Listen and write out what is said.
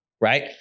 right